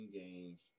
games